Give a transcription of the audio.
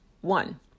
one